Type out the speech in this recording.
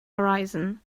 horizon